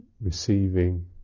receiving